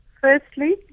Firstly